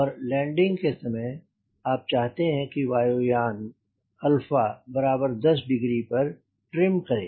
और लैंडिंग के समय आप चाहते हैं कि वायुयान अल्फा बराबर 10 डिग्री पर ट्रिम करे